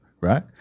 right